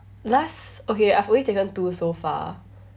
last okay I've only taken two so far